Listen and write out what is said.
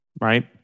right